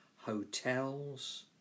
hotels